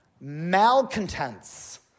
malcontents